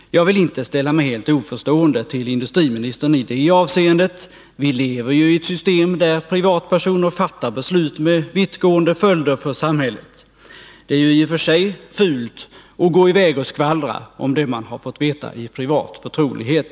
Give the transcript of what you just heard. Jag vill inte ställa mig helt oförstående till industriministern i det avseendet — vi lever ju i ett system där privatpersoner fattar beslut med vittgående följder för samhället. Och det är ju i och för sig fult att gå i väg och skvallra om det man fått veta i privat förtrolighet.